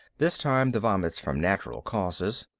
this time the vomits from natural causes.